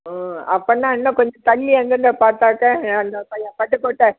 ம் அப்போன்னா இன்னும் கொஞ்சம் தள்ளி அந்தாண்ட பார்த்தாக்க அந்த ப பட்டுக்கோட்டை